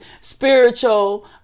spiritual